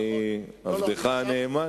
אני עבדך הנאמן.